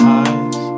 eyes